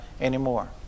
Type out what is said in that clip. anymore